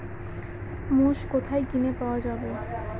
মোষ কোথায় কিনে পাওয়া যাবে?